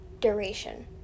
duration